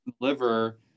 liver